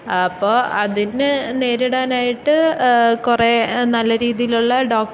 അപ്പോള് അതിന് നേരിടാനായിട്ട് കുറെ നല്ല രീതിയിലുള്ള ഡോ